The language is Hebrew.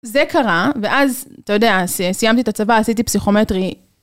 זה קרה, ואז, אתה יודע, סיימתי את הצבא, עשיתי פסיכומטרי.